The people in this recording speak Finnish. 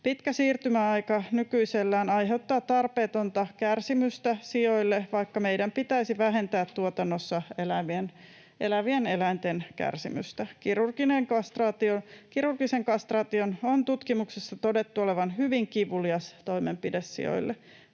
Pitkä siirtymäaika nykyisellään aiheuttaa tarpeetonta kärsimystä sioille, vaikka meidän pitäisi vähentää tuotannossa elävien eläinten kärsimystä. Kirurgisen kastraation on tutkimuksissa todettu olevan hyvin kivulias toimenpide sioille.